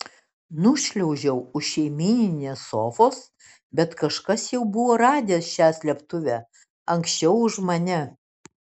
nušliaužiau už šeimyninės sofos bet kažkas jau buvo radęs šią slėptuvę anksčiau už mane